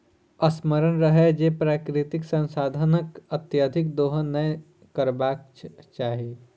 स्मरण रहय जे प्राकृतिक संसाधनक अत्यधिक दोहन नै करबाक चाहि